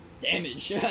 Damage